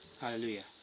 hallelujah